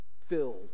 filled